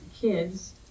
kids